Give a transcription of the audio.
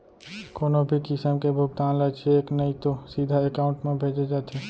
कोनो भी किसम के भुगतान ल चेक नइ तो सीधा एकाउंट म भेजे जाथे